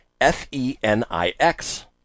F-E-N-I-X